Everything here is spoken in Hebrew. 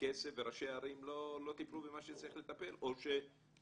הכסף וראשי הערים לא טיפלו במה שצריך לטפל או מקומות